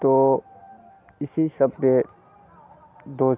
तो इसी सब डे दो